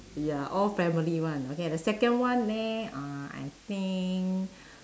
ya all family one okay the second one leh I think